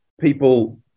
people